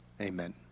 Amen